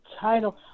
title